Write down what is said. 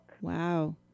Wow